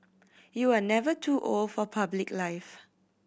you are never too old for public life